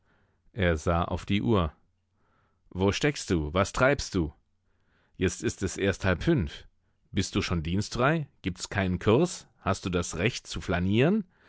er sah auf die uhr wo steckst du was treibst du jetzt ist es erst halb fünf bist du schon dienstfrei gibt's keinen kurs hast du das recht zu flanieren